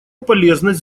полезность